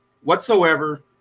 whatsoever